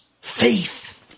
Faith